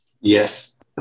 Yes